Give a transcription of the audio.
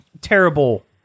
terrible